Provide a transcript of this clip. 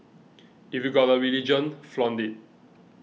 if you've got a religion flaunt it